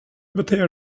beter